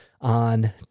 on